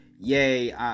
yay